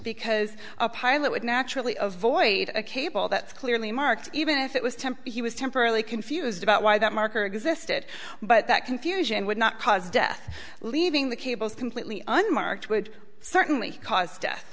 because a pilot would naturally ovoid a cable that's clearly marked even if it was tempting he was temporarily confused about why that marker existed but that confusion would not cause death leaving the cables completely unmarked would certainly cause death